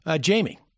Jamie